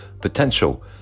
potential